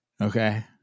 Okay